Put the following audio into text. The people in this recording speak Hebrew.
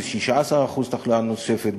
16% תחלואה נוספת,